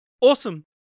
awesome